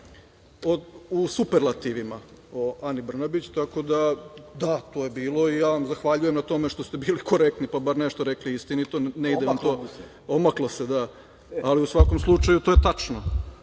u superlativima o Ani Brnabić, tako da da, to je bilo i ja vam zahvaljujem na tome što ste bili korektni pa bar nešto rekli istinito, negde vam se to omaklo, ali u svakom slučaju tu je tačno